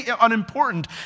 unimportant